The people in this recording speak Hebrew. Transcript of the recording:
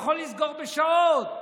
יכול לסגור בשעות,